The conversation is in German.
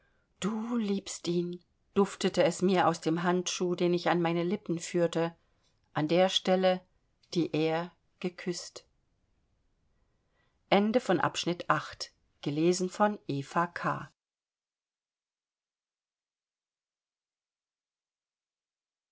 du liebst ihn duftete es mir aus dem handschuh den ich an meine lippen führte an der stelle die er geküßt